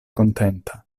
kontenta